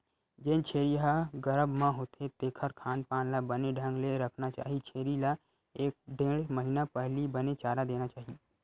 जेन छेरी ह गरभ म होथे तेखर खान पान ल बने ढंग ले रखना चाही छेरी ल एक ढ़ेड़ महिना पहिली बने चारा देना चाही